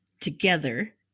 together